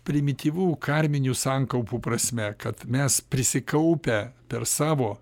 primityvu karminių sankaupų prasme kad mes prisikaupę per savo